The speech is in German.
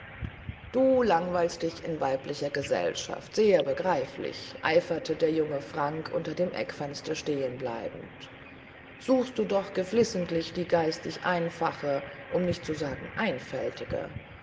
du langweilst dich in weiblicher gesellschaft sehr begreiflich eiferte der junge frank unter dem eckfenster stehen bleibend suchst du doch geflissentlich die geistig einfache um nicht zu sagen einfältige